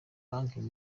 banking